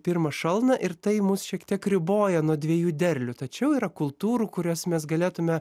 pirmą šalną ir tai mus šiek tiek riboja nuo dviejų derlių tačiau yra kultūrų kurias mes galėtume